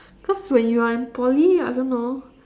cause when you are in poly I don't know